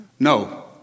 No